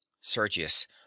sergius